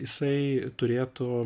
jisai turėtų